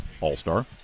all-star